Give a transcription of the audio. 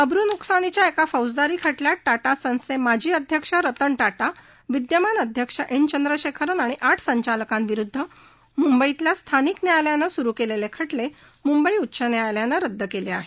अब्र् न्कसानीच्या एका फौजदारी खटल्यात टाटा सन्सचे माजी अध्यक्ष रतन टाटा विद्यमान अध्यक्ष एन चंद्रशेखरन आणि आठ संचालकांविरुद्ध मुंबईतल्या स्थानिक न्यायालयानं सुरु केलेले खटले मुंबई उच्च न्यायालयानं रदद केले आहेत